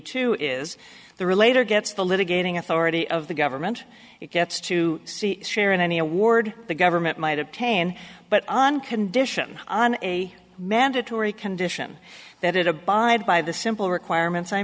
authority of the government it gets to see a share in any award the government might obtain but on condition on a mandatory condition that it abide by the simple requirements i